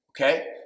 okay